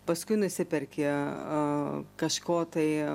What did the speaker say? paskui nusiperki kažko tai